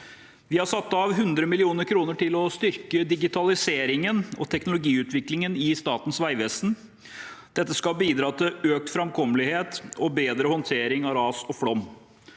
Vi har satt av 100 mill. kr til å styrke digitaliseringen og teknologiutviklingen i Statens vegvesen. Dette skal bidra til økt framkommelighet og bedre håndtering av ras og flom.